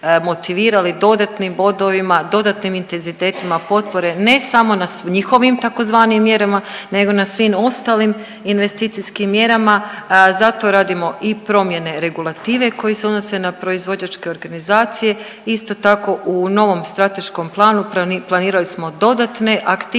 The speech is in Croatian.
motivirali dodatnim bodovima, dodatnim intenzitetima potpore, ne samo na njihovim tzv. mjerama nego na svim ostalim investicijskim mjerama. Zato radimo i promjene regulative koje se odnose na proizvođačke organizacije. Isto tako u novom strateškom planu planirali smo dodatne aktivnosti,